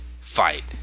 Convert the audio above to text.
fight